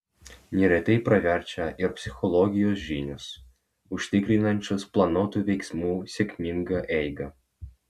neretai praverčia ir psichologijos žinios užtikrinančios planuotų veiksmų sėkmingą eigą